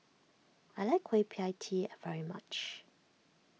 I like Kueh Pie Tee very much